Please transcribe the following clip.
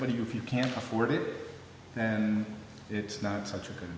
with you if you can't afford it and it's not such a good